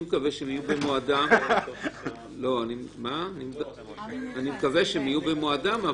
אם יש עדכון --- אני מקווה שהן יהיו במועדן,